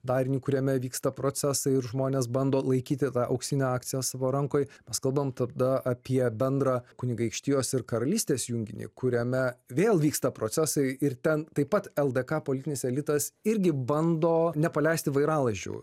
darinį kuriame vyksta procesai ir žmonės bando laikyti tą auksinę akciją savo rankoj mes kalbam tada apie bendrą kunigaikštijos ir karalystės junginį kuriame vėl vyksta procesai ir ten taip pat ldk politinis elitas irgi bando nepaleisti vairalazdžių